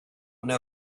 know